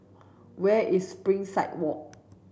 where is Springside Walk